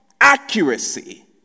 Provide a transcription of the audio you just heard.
accuracy